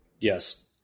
yes